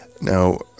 Now